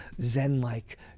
Zen-like